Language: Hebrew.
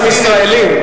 הישראלים.